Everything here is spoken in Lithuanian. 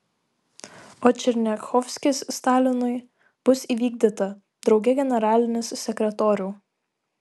o černiachovskis stalinui bus įvykdyta drauge generalinis sekretoriau